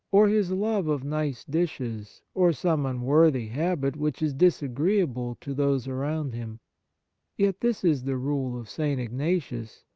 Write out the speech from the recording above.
or his love of nice dishes, or some unworthy habit which is disagreeable to those around him yet this is the rule of st. ignatius,